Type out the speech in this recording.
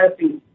happy